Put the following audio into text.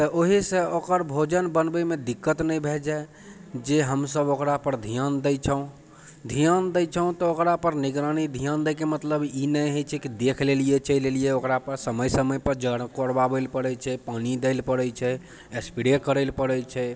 तऽ ओहिसँ ओकर भोजन बनबैमे दिक्कत नहि भऽ जाइ जे हमसभ ओकरापर ध्यान दै छौँ धियान दै छौँ तऽ ओकरापर निगरानी धियान दैके मतलब ई नहि होइ छै कि देखि लेलिए चलि एलिए ओकरापर समय समयपर जड़ कोरबाबैलए पड़ै छै पानि दैलए पड़ै छै एस्प्रे करैलए पड़ै छै